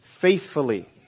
faithfully